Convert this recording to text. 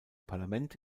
parlament